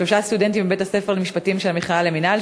שלושה סטודנטים מבית-הספר למשפטים של המכללה למינהל,